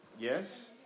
Yes